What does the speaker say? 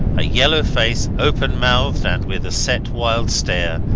a yellow-face, open-mouthed and with a set wild stare,